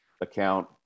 account